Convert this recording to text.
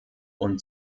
und